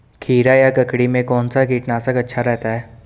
खीरा या ककड़ी में कौन सा कीटनाशक अच्छा रहता है?